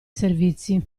servizi